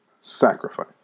sacrifice